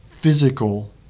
physical